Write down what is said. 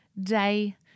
day